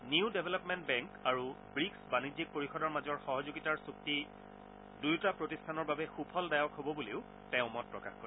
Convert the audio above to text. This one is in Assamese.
নিউ ডেভেলপমেণ্ট বেংক আৰু ৱিক্ছ বাণিজ্যিক পৰিযদৰ মাজৰ সহযোগিতাৰ চূক্তি দুয়োটা প্ৰতিষ্ঠানৰ বাবে সুফলদায়ক হ'ব বুলিও তেওঁ মতপ্ৰকাশ কৰে